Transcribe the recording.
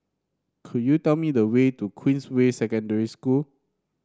could you tell me the way to Queensway Secondary School